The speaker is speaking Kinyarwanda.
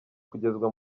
kugezwa